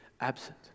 absent